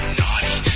naughty